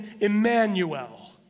Emmanuel